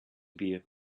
bear